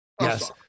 Yes